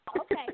Okay